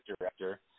director